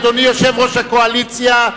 אדוני יושב-ראש הקואליציה,